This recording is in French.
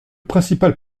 principal